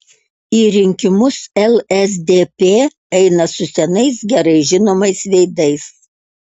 į rinkimus lsdp eina su senais gerai žinomais veidais